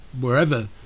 wherever